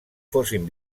fossin